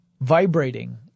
vibrating